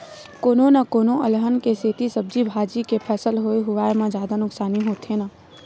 कोनो न कोनो अलहन के सेती सब्जी भाजी के फसल होए हुवाए म जादा नुकसानी होथे न